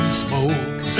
smoke